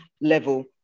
level